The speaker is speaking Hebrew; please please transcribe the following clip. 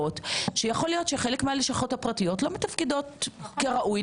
שיכול להיות שחלק מהלשכות הפרטיות לא מתפקדות כראוי,